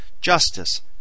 Justice